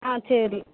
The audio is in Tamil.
ஆ சரி